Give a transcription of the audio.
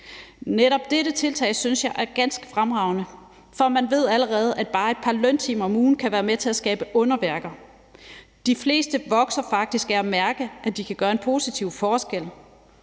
Netop dette tiltag synes jeg er ganske fremragende, for man ved allerede, at bare et par løntimer om ugen kan være med til at skabe underværker. De fleste vokser faktisk af at mærke, at de kan gøre en positiv forskel,